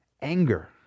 anger